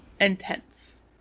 Intense